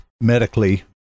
medically